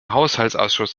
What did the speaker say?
haushaltsausschuss